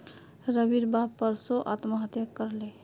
रविर बाप परसो आत्महत्या कर ले